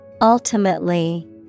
Ultimately